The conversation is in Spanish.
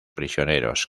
prisioneros